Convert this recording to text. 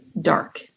dark